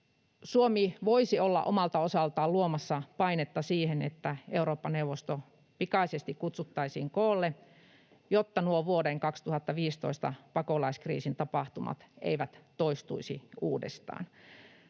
Suomi voisi olla omalta osaltaan luomassa painetta siihen, että Eurooppa-neuvosto pikaisesti kutsuttaisiin koolle, jotta vuoden 2015 pakolaiskriisin tapahtumat eivät toistuisi uudestaan.